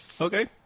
Okay